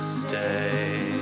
stay